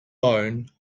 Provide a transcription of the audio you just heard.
bone